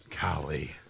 Golly